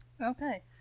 Okay